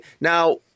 Now